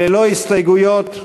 ללא הסתייגויות,